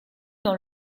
dans